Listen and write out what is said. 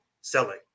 selling